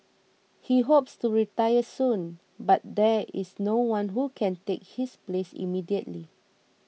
he hopes to retire soon but there is no one who can take his place immediately